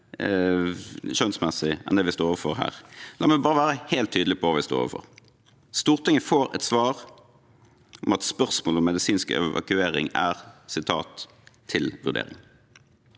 skjønnsmessige enn dem vi står overfor her. La meg bare være helt tydelig på hva vi står overfor: Stortinget får et svar om at spørsmål om medisinsk evakuering «er til vurdering».